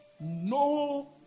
No